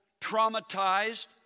traumatized